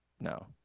No